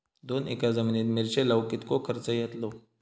दोन एकर जमिनीत मिरचे लाऊक कितको खर्च यातलो?